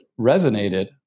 resonated